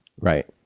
right